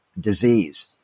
disease